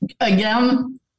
again